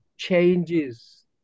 Changes